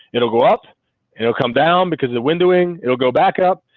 it'll go up it'll come down because the windowing it'll go back up.